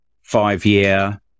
five-year